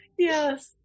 Yes